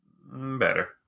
Better